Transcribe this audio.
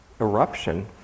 eruption